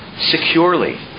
securely